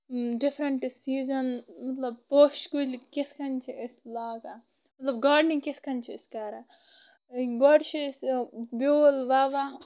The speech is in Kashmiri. ڈِفرنٹ سِیٖزن مطلب پوشہٕ کُلۍ کِتھ کٔنۍ چھِ أسۍ لاگان مطلب گاڈنِنگ کِتھ کٔنۍ چھِ أسۍ کران گۄڈٕ چھِ أسۍ بیول ووان